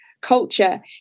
Culture